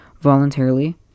voluntarily